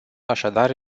așadar